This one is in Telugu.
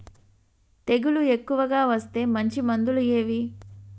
తెగులు ఎక్కువగా వస్తే మంచి మందులు ఏవి?